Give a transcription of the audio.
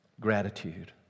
Gratitude